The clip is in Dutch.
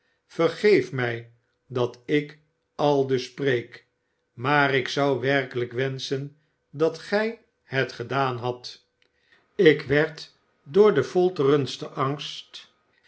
vergeef mij dat ik aldus spreek maar ik zou werkelijk wenschen dat gij het gedaan hadt ik werd door den folterendsten angst